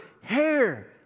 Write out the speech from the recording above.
hair